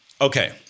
Okay